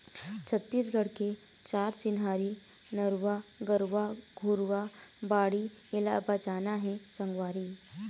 छत्तीसगढ़ के चार चिन्हारी नरूवा, गरूवा, घुरूवा, बाड़ी एला बचाना हे संगवारी